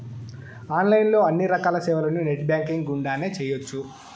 online లో అన్ని రకాల సేవలను నెట్ బ్యాంకింగ్ గుండానే చేయ్యొచ్చు